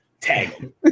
Tag